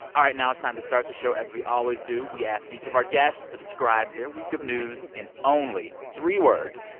all right. now it's time to start the show as we always do. we ask each of our guests to describe their week of news in only three words.